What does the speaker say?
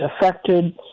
affected